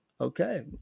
Okay